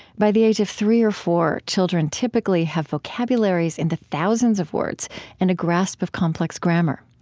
by the age of three or four, children typically have vocabularies in the thousands of words and a grasp of complex grammar.